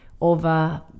over